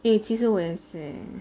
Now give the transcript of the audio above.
eh 其实我也是 eh